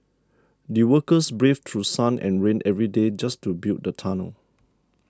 the workers braved through sun and rain every day just to build the tunnel